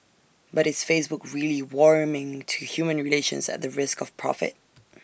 but it's Facebook really warming to human relations at the risk of profit